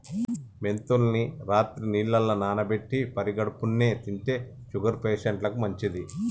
మెంతుల్ని రాత్రి నీళ్లల్ల నానబెట్టి పడిగడుపున్నె తింటే షుగర్ పేషంట్లకు మంచిది